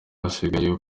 hasigaye